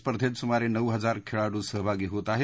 स्पर्धेत सुमारे नऊ हजार खेळाडू सहभागी होत आहेत